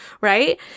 right